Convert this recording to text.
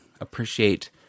appreciate